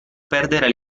perdere